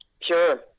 Sure